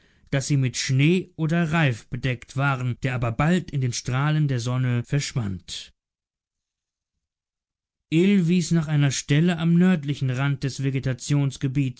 daß sie mit schnee oder reif bedeckt waren der aber bald in den strahlen der sonne verschwand ill wies nach einer stelle nahe am nördlichen rand des